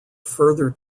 further